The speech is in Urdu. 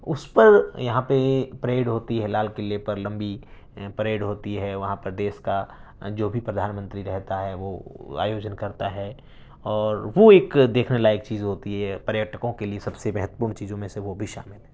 اس پر یہاں پہ پریڈ ہوتی ہے لال قلعے پر لمبی پریڈ ہوتی ہے وہاں پر دیس کا جو بھی پردھان منتری رہتا ہے وہ آیوجن کرتا ہے اور وہ ایک دیکھنے لائق چیز ہوتی ہے پریٹکوں کے لیے سب سے مہتوپورن چیزوں میں سے وہ بھی شامل ہے